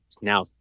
now